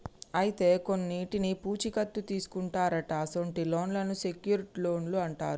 అయితే కొన్నింటికి పూచీ కత్తు తీసుకుంటారట అసొంటి లోన్లను సెక్యూర్ట్ లోన్లు అంటారు